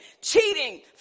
cheating